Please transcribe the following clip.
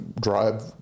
drive